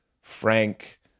frank